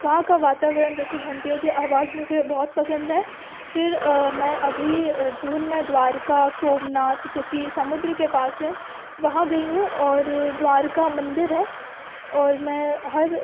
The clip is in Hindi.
वहाँ का वातावरण जैसे घंटियों की आवाज़ मुझे बहुत पसंद है फिर मैं अभी जून में द्वारका सोमनाथ जो कि समुद्र के पास है वहाँ गई हूँ और द्वारका मंदिर है और मैं हर